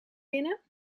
binnen